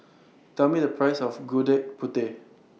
Tell Me The Price of Gudeg Putih